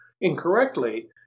incorrectly